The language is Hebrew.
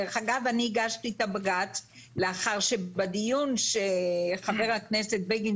דרך אגב אני הגשתי את הבג"צ לאחר שבדיון שחבר הכנסת בגין